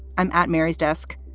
i'm at mary's desk.